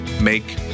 make